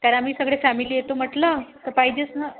तर आम्ही सगळे फॅमिली येतो म्हटलं तर पाहिजेच ना